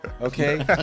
Okay